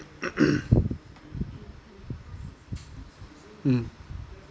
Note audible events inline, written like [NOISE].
[COUGHS] mm